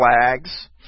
flags